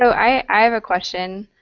i have a question,